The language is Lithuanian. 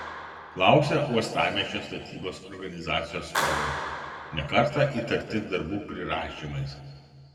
klausė uostamiesčio statybos organizacijų atstovai ne kartą įtarti darbų prirašymais